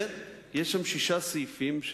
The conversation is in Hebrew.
יש שם 66 סעיפים.